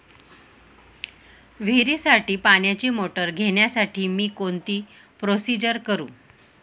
विहिरीसाठी पाण्याची मोटर घेण्यासाठी मी कोणती प्रोसिजर करु?